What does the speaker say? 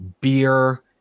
beer